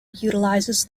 utilizes